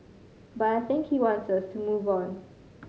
but I think he wants us to move on